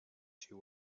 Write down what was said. she